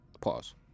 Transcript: Pause